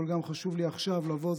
אבל חשוב לי גם עכשיו לבוא.